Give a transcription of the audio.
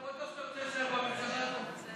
אתה בטוח שאתה רוצה להישאר בממשלה הזו?